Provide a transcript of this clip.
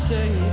say